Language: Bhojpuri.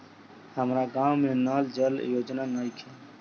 हमारा गाँव मे नल जल योजना नइखे?